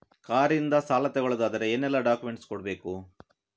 Car ಇಂದ ಸಾಲ ತಗೊಳುದಾದ್ರೆ ಏನೆಲ್ಲ ಡಾಕ್ಯುಮೆಂಟ್ಸ್ ಕೊಡ್ಬೇಕು?